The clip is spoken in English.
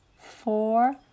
four